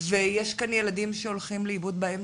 ויש כאן ילדים שהולכים לאיבוד באמצע,